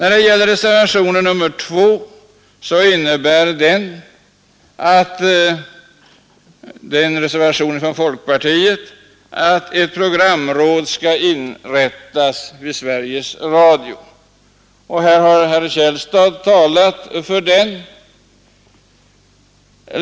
Reservationen 2, som är en reservation från folkpartiet, innebär att ett programråd bör inrättas vid Sveriges Radio. Herr Källstad har här talat för den reservationen.